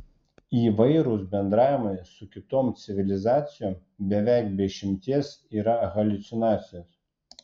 įvairūs bendravimai su kitom civilizacijom beveik be išimties yra haliucinacijos